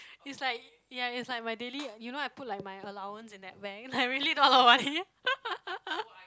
is like ya is like my daily you know I put like my allowance in that bank like really not a lot of money